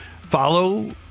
follow